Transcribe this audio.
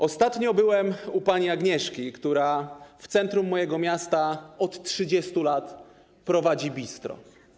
Ostatnio byłem u pani Agnieszki, która w centrum mojego miasta od 30 lat prowadzi bistro.